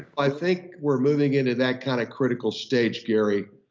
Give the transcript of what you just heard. i think we're moving into that kind of critical stage gary,